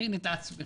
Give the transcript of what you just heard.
תכין את עצמך.